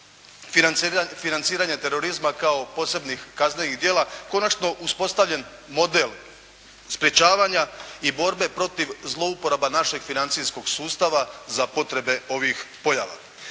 financiranja terorizma kao posebnih kaznenih djela konačno uspostavljen model sprječavanja i borbe protiv zlouporaba našeg financijskog sustava za potrebe ovih pojava.